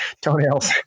toenails